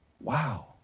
Wow